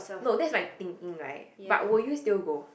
no that's my thinking right but will you still go